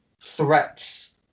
threats